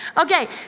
Okay